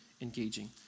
engaging